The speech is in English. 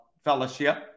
fellowship